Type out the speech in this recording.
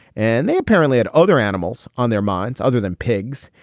and they apparently had other animals on their minds other than pigs.